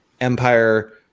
empire